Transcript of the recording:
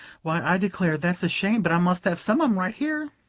why, i declare, that's a shame but i must have some of em right here.